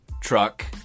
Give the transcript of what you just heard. truck